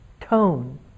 tone